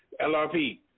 LRP